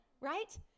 Right